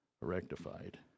rectified